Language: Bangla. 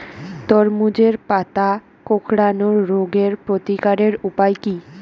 তরমুজের পাতা কোঁকড়ানো রোগের প্রতিকারের উপায় কী?